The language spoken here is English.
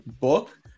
book